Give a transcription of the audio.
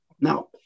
Now